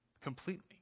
completely